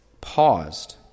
paused